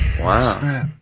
Wow